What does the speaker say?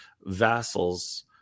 vassals